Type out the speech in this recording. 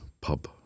pub